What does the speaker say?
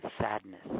sadness